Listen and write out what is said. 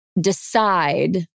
decide